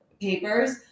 papers